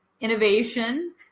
innovation